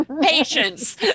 patience